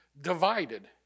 divided